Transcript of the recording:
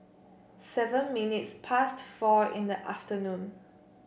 seven minutes past four in the afternoon